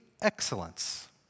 excellence